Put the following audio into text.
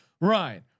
Ryan